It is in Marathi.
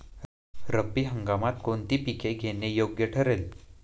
रब्बी हंगामात कोणती पिके घेणे योग्य ठरेल?